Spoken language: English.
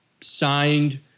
signed